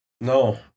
No